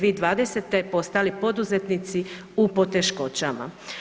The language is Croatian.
2020. postali poduzetnici u poteškoćama.